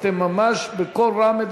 אתם מדברים ממש בקול רם.